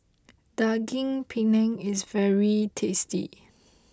Daging Penyet is very tasty